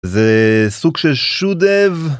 זה סוג של shoe dev.